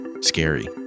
scary